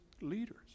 leaders